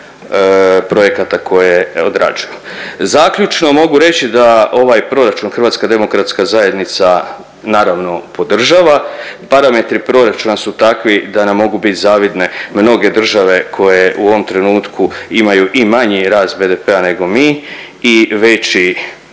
projekata koje odrađuju. Zaključno mogu reći da ovaj proračun HDZ naravno podržava, parametri proračuna su nam takvi da nam mogu bit zavidne mnoge države koje u ovom trenutku imaju i manji rast BDP-a nego mi i veći